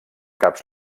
caps